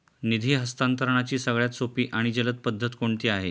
निधी हस्तांतरणाची सगळ्यात सोपी आणि जलद पद्धत कोणती आहे?